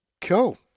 Cool